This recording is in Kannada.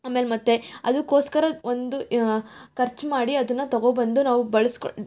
ಆಮೇಲೆ ಮತ್ತೆ ಅದಕ್ಕೋಸ್ಕರ ಒಂದು ಖರ್ಚು ಮಾಡಿ ಅದನ್ನು ತೊಗೊಬಂದು ನಾವು ಬಳಸ್ಕೊಂಡು